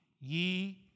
ye